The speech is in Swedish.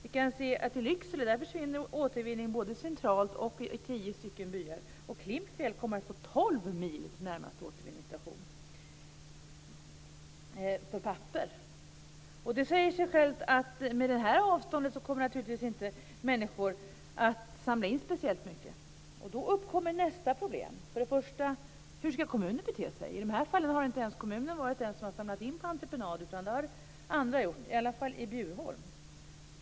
I Lycksele försvinner återvinningen både centralt och i tio byar. I Klimpfjäll kommer man att få tolv mil till närmaste återvinningsstation för papper. Det säger naturligtvis sig självt att människor inte kommer att samla in speciellt mycket när det är sådana här avstånd. Då uppkommer nästa problem. Hur skall kommunen bete sig? I de här fallen har inte ens kommunen varit den som har samlat in på entreprenad utan det har andra gjort, i alla fall i Bjurholm.